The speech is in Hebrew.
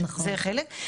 זה חלק,